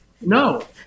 no